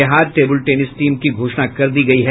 Bihar table tennis team की घोषणा कर दी गयी है